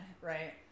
right